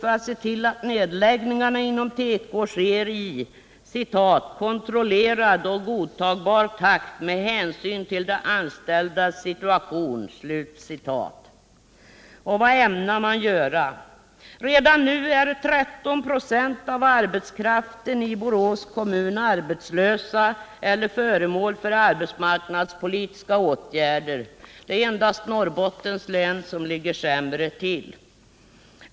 Redan nu är 13 96 av arbetskraften i Borås kommun arbetslös eller föremål för arbetsmarknadspolitiska åtgärder. Endast Norrbottens län ligger sämre till.